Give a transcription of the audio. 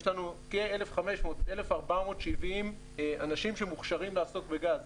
יש לנו 1,470 אנשים שמוכשרים לעסוק בגז.